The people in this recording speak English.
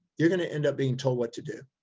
you're going to end up being told what to do.